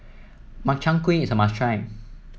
Makchang Gui is a must try